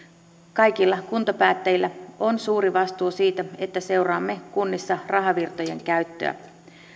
kaikilla kuntapäättäjillä on suuri vastuu siitä että seuraamme kunnissa rahavirtojen käyttöä